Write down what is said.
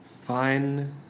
Fine